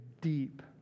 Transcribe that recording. deep